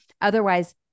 Otherwise